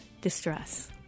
distress